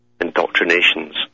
indoctrinations